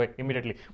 immediately